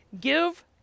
Give